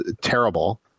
terrible